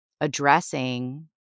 addressing